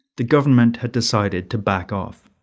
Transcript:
the government had decided to back off.